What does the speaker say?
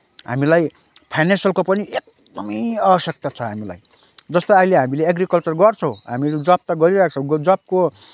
हामीलाई फाइनान्सियलको पनि एकदमै आवश्यक्ता छ हामीलाई जस्तो अहिले हामीले एग्रिकल्चर गर्छौँ हामीहरू जब त गरिरहेका छौँ जबको